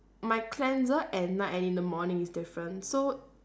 my cleanser at night and in the morning is different so